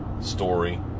story